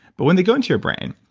but when they go into your brain,